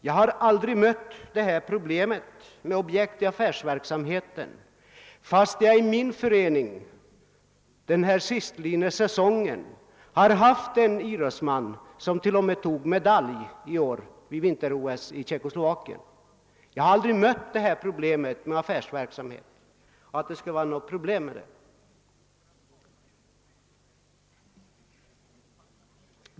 Jag har aldrig mött problemet med affärsverksamhet trots att vi i min förening under sistlidna säsong har haft en idrottsman som till och med har tagit medalj i vinter vid VM-tävlingar på skidor i Tjeckoslovakien.